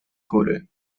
kury